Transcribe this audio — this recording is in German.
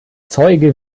zeuge